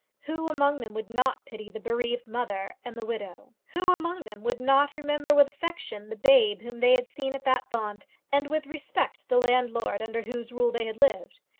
who among them would not pity the bereaved mother and the widow? who among them would not remember with affection the babe whom they had seen at that font, and with respect the landlord under whose rule they had lived?